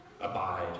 abide